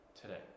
today